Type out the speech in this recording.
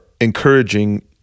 encouraging